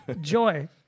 joy